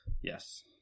Yes